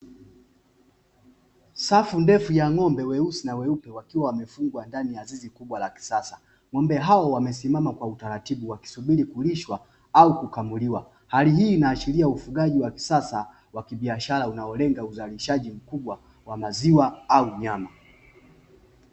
Safu ndefu ya ng'ombe weusi na weupe wakiwa wamefungwa ndani ya zizi kubwa la kisasa. Ng'ombe hao wamesimama kwa utaratibu wakisubiri kulishwa ua kukamuliwa. Hali hii inaashiria ufugaji wa kisasa wa kibiashara unaolenga uzalishaji mkubwa wa maziwa au nyama.